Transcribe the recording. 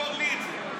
תמכור לי את זה.